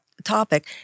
topic